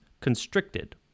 constricted